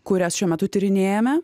kurias šiuo metu tyrinėjame